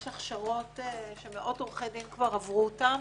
יש הכשרות שמאות עורכי דין כבר עברו אותן